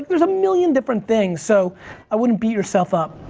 there's a million different things. so i wouldn't beat yourself up.